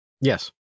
Yes